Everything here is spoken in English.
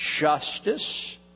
justice